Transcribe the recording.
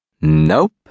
Nope